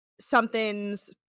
something's